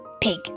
Pig